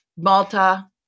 Malta